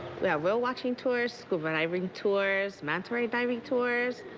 yeah whale watching tours, scuba diving tours, manta ray diving tours,